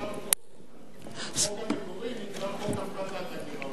החוק המקורי נקרא "חוק הפחתת הגירעון" אבל הוא מכפיל את הגירעון פה.